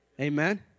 Amen